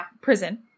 prison